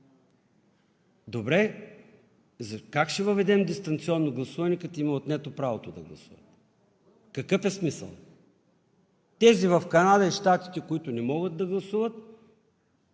Добре, как ще въведем дистанционно гласуване, като им е отнето правото да гласуват?! Какъв е смисълът – на тези в Канада и Щатите, които не могат да гласуват,